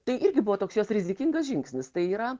tai irgi buvo toks jos rizikingas žingsnis tai yra